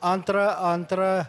antra antra